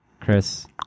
Chris